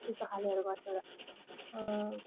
त्यस्तो खालेहरू गर्छ